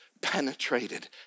penetrated